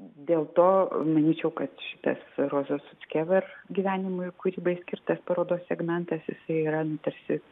dėl to manyčiau kad šitas rozos suckever gyvenimui ir kūrybai skirtas parodos segmentas jisai yra tarsi